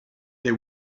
they